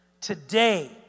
Today